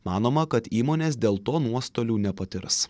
manoma kad įmonės dėl to nuostolių nepatirs